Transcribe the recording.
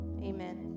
Amen